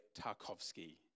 Tarkovsky